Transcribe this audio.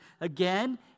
again